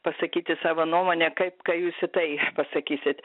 pasakyti savo nuomonę kaip ką jūs į tai pasakysit